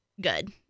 good